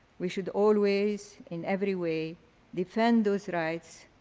we should always in every way defend those rights,